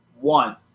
One